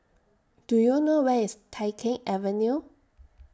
Do YOU know Where IS Tai Keng Avenue